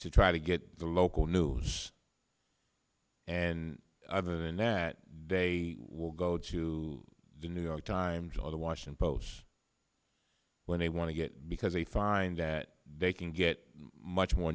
to try to get the local news and i've been that they will go to the new york times or the washington post when they want to get because they find that they can get much more